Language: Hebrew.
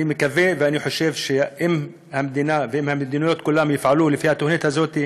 אני מקווה ואני חושב שאם המדינה והמדינות כולן יפעלו לפי התוכנית הזאת,